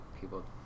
people